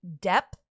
depth